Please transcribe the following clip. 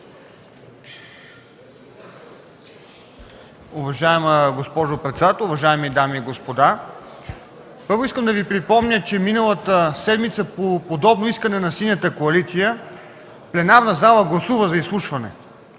Първо, искам да Ви припомня, че миналата седмица по подобно искане на Синята коалиция пленарната зала гласува за изслушване.